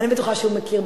אני בטוחה שהוא מכיר,